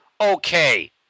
okay